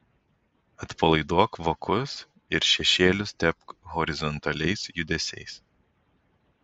atpalaiduok vokus ir šešėlius tepk horizontaliais judesiais